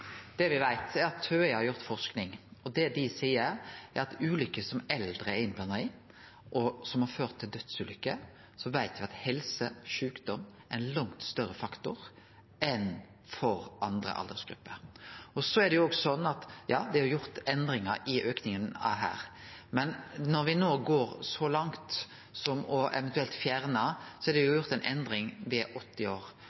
Det me veit, er at TØI har gjort forsking, og det dei seier, er at ved dødsulykker som eldre er innblanda i, er helse og sjukdom ein langt større faktor enn for andre aldersgrupper. Så er det gjort endringar her. Men når me går så langt som eventuelt å fjerne kravet, er det sett ei grense ved 80 år. Me veit at demensutfordringa er betydeleg større etter at ein har passert 80 år. I aldersgruppa 80–85 år